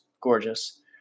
gorgeous